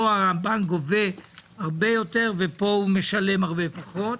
פה הבנק גובה הרבה יותר ושם הוא משלם הרבה פחות.